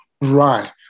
Right